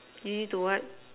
easy to what